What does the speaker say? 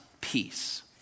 peace